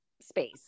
space